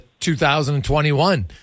2021